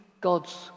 God's